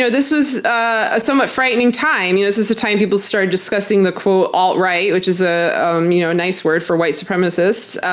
so this is a somewhat frightening time. you know this is the time people started discussing the alt-right, which is a um you know nice word for white supremacists,